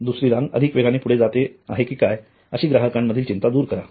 दुसरी रांग अधिक वेगाने पुढे जात आहे की काय अशी ग्राहकांमधील चिंता दूर करा